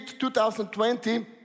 2020